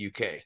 UK